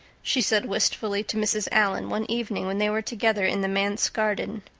she said wistfully to mrs. allan one evening when they were together in the manse garden.